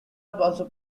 also